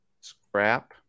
scrap